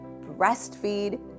breastfeed